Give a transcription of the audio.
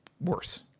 worse